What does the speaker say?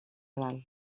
dalt